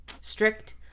strict